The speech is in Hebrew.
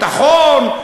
אנשי ביטחון,